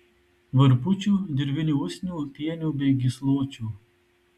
varpučių dirvinių usnių pienių bei gysločių